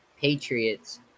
Patriots